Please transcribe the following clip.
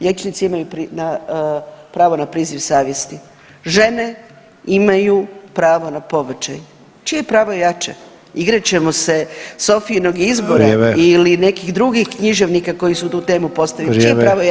Liječnici imaju pravo na priziv savjesti, žene imaju pravo na pobačaj, čije pravo je jače, igrat ćemo se Sofijinog izbora ili nekih drugih književnika koji su tu temu postavili, čije pravo je jače.